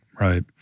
right